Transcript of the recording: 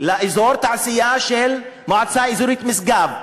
לאזור התעשייה של המועצה האזורית משגב.